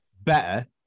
better